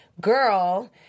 girl